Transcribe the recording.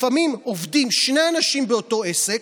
לפעמים עובדים שני אנשים באותו עסק,